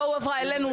לא הועברה אלינו,